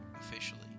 officially